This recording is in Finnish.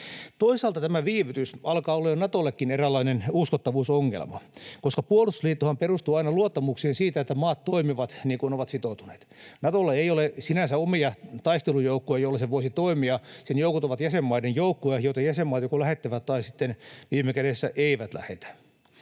Toisaalta tämä viivytys alkaa olla jo Natollekin eräänlainen uskottavuusongelma, koska puolustusliittohan perustuu aina luottamukseen siitä, että maat toimivat niin kuin ovat sitoutuneet. Natolla ei ole sinänsä omia taistelujoukkoja, joilla se voisi toimia. Sen joukot ovat jäsenmaiden joukkoja, joita jäsenmaat joko lähettävät tai sitten viime kädessä eivät lähetä.